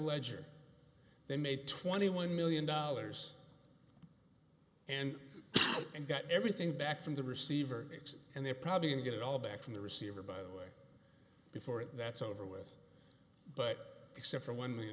ledger they made twenty one million dollars and and got everything back from the receiver and they're probably going to get it all back from the receiver by the way before that's over with but except for one million